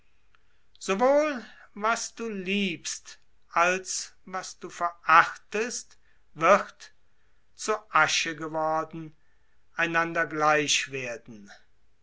sowohl was du liebst als was du verachtest wird zu asche geworden einander gleich werden